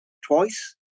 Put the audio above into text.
twice